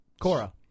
Cora